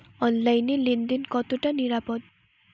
অনলাইনে লেন দেন কতটা নিরাপদ?